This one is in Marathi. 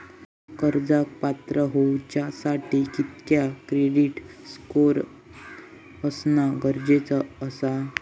कर्जाक पात्र होवच्यासाठी कितक्या क्रेडिट स्कोअर असणा गरजेचा आसा?